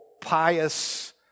pious